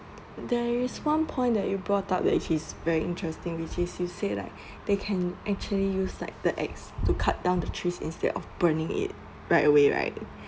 there is one point that you brought up that is very interesting which is you said like they can actually use like the axe to cut down the trees instead of burning it right away right